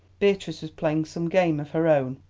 beatrice was playing some game of her own.